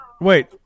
Wait